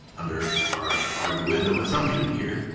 under our arguendo assumption here,